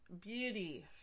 beauty